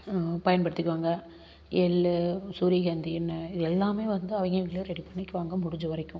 பயன்படுத்திக்குவாங்க எள்ளு சூரியகாந்தி எண்ணெய் இது எல்லாம் வந்து அவங்கவங்களே ரெடி பண்ணிக்குவாங்க முடிஞ்ச வரைக்கும்